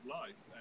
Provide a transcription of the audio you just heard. life